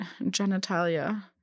genitalia